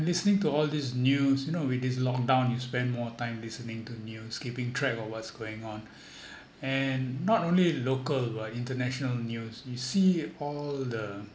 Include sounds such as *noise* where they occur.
listening to all these news you know with this lock down you spend more time listening to news keeping track of what's going on *breath* and not only local but international news you see all the